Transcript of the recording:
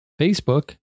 Facebook